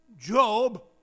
Job